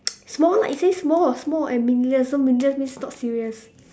small lah it says small small and meaningless so meaningless means not serious